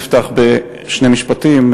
ואפתח בשני משפטים,